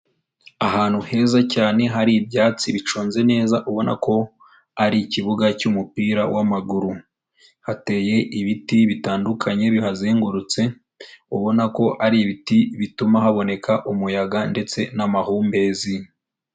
Ahantu heza cyane hari ibyatsi biconze neza, ubona ko ari ikibuga cy'umupira w'amaguru, hateye ibiti bitandukanye bihazengurutse, ubona ko ari ibiti bituma haboneka umuyaga ndetse n'amahumbezi.